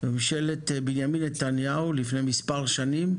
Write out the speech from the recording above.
ממשלת בנימין נתניהו, לפני כמה שנים,